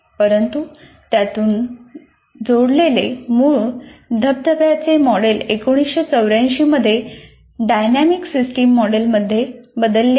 परंतु त्यातून जोडलेले मूळ धबधबेचे मॉडेल 1984 मध्ये डायनॅमिक सिस्टम मॉडेलमध्ये बदलले गेले